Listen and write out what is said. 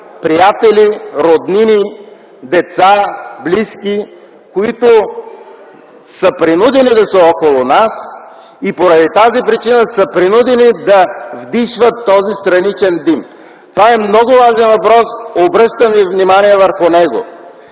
приятели, роднини, деца, близки, които са принудени да са около нас и поради тази причина са принудени да вдишват този страничен дим. Това е много важен въпрос, обръщам ви внимание върху него.